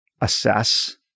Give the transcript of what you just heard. assess